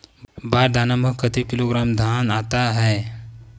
बार दाना में कतेक किलोग्राम धान आता हे?